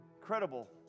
Incredible